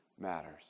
matters